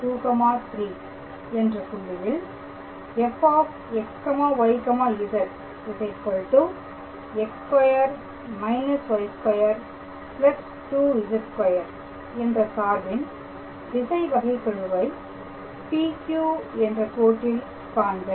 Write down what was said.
P123 என்ற புள்ளியில் fxyz x2 − y2 2z2 என்ற சார்பின் திசை வகைகெழுவை PQ என்ற கோட்டில் காண்க